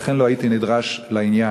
ולכן לא הייתי נדרש לעניין,